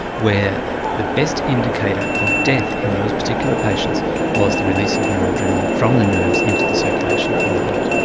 where the best indicator of death in those particular patients was the release of noradrenaline from the nerves into the circulation from the heart.